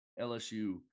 LSU